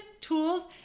tools